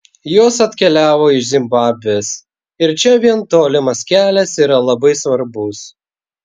jos atkeliavo iš zimbabvės ir čia vien tolimas kelias yra labai svarbus